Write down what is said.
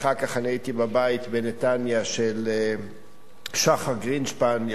אחר כך הייתי בבית של שחר גרינשפן בנתניה,